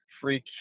freak